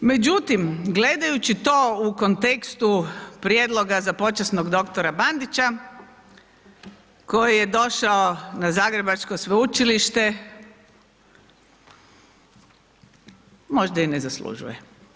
Međutim, gledajući to u kontekstu prijedloga za počasnog doktora Bandića, koji je došao na Zagrebačko Sveučilište, možda i ne zaslužuje.